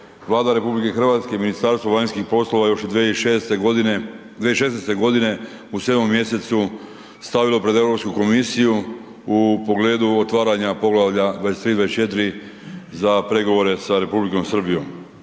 Vlada RH i Ministarstvo vanjskih poslova još 2006., 2016. godine u 7. mjesecu stavilo pred Europsku komisiju u pogledu otvaranja Poglavlja 23., 24. za pregovore sa Republikom Srbijom.